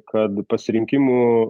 kad pasirinkimų